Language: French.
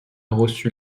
reçu